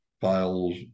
files